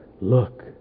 Look